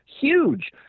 huge